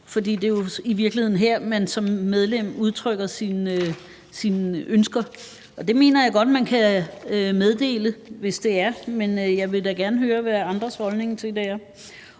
For det er jo i virkeligheden her, man som medlem udtrykker sine ønsker, og det mener jeg godt man kan meddele, hvis det er sådan. Men jeg vil da gerne høre, hvad andres holdning til det er.